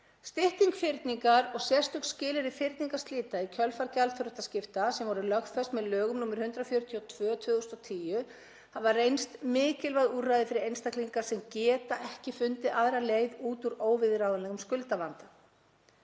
Stytting fyrningar og sérstök skilyrði fyrningarslita í kjölfar gjaldþrotaskipta, sem voru lögfest með lögum nr. 142/2010, hafa reynst mikilvæg úrræði fyrir einstaklinga sem geta ekki fundið aðra leið út úr óviðráðanlegum skuldavanda.